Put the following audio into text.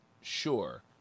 Sure